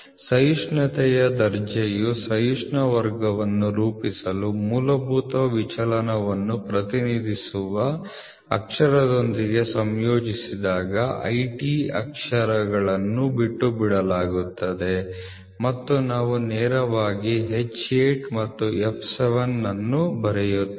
ಸಹಿಷ್ಣುತೆಯ ದರ್ಜೆಯು ಸಹಿಷ್ಣು ವರ್ಗವನ್ನು ರೂಪಿಸಲು ಮೂಲಭೂತ ವಿಚಲನವನ್ನು ಪ್ರತಿನಿಧಿಸುವ ಅಕ್ಷರದೊಂದಿಗೆ ಸಂಯೋಜಿಸಿದಾಗ IT ಅಕ್ಷರಗಳನ್ನು ಬಿಟ್ಟುಬಿಡಲಾಗುತ್ತದೆ ಮತ್ತು ನಾವು ನೇರವಾಗಿ H8 ಮತ್ತು f 7 ಅನ್ನು ಬರೆಯುತ್ತೇವೆ